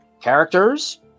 characters